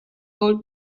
old